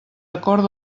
acord